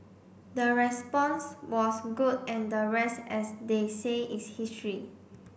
the response was good and the rest as they say is history